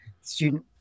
student